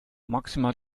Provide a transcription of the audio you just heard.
maximal